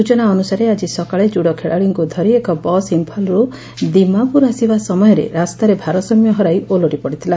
ସୂଚନା ଅନୁସାରେ ଆକି ସକାଳେ ଜୁଡୋ ଖେଳାଳିଙ୍କୁ ଧରି ଏକ ବସ୍ ଇମ୍ଫାଲରୁ ଦୀମାପୁର ଆସିବା ସମୟରେ ରାସ୍ତାରେ ଭାରସାମ୍ୟ ହରାଇ ଓଲଟି ପଡିଥିଲା